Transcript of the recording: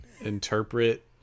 interpret